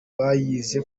bayizi